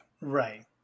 right